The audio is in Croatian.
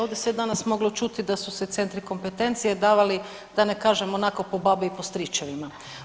Ovdje se danas moglo čuti da su se centri kompetencije davali, da ne kažem, onako po babi i po stričevima.